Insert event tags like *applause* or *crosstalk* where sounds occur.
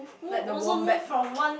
like the wombat *breath*